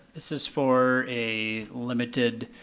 this is for a limited